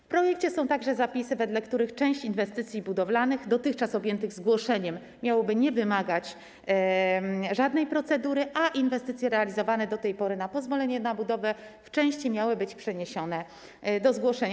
W projekcie są także zapisy, wedle których część inwestycji budowlanych dotychczas objętych zgłoszeniem miałoby nie wymagać żadnej procedury, a inwestycje realizowane do tej pory na podstawie pozwolenia na budowę w części miały być przeniesione do zgłoszenia.